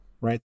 right